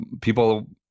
people